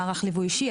מערך ליווי אישי,